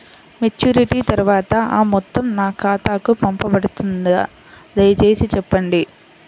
Maturity తర్వాత ఆ మొత్తం నా ఖాతాకు పంపబడుతుందా? దయచేసి చెప్పండి?